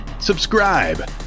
Subscribe